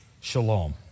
shalom